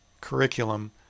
curriculum